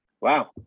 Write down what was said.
wow